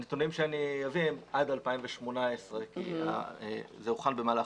הנתונים שאני אביא הם עד 2018 כי זה הוכן במהלך